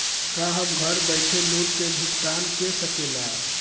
का हम घर बईठे लोन के भुगतान के शकेला?